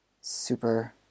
super